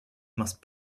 must